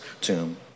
tomb